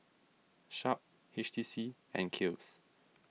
Sharp H T C and Kiehl's